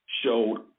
showed